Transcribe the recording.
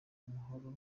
amahoro